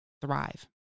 thrive